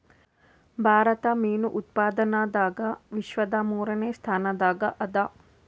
ಭಾರತ ಮೀನು ಉತ್ಪಾದನದಾಗ ವಿಶ್ವದ ಮೂರನೇ ಸ್ಥಾನದಾಗ ಅದ